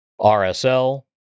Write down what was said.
RSL